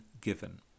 given